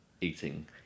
eating